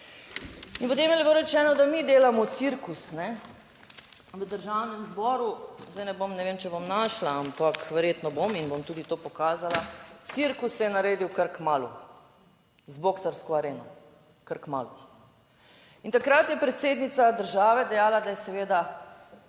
In potem je bilo rečeno, da mi delamo cirkus, ne, v Državnem zboru. Zdaj ne bom, ne vem, če bom našla, ampak verjetno bom in bom tudi to pokazala. Cirkus se je naredil kar kmalu z boksarsko areno, kar kmalu. In takrat je predsednica države dejala, da je seveda